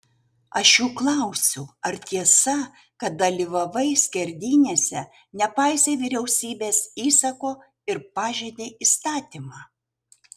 aš juk klausiu ar tiesa kad dalyvavai skerdynėse nepaisei vyriausybės įsako ir pažeidei įstatymą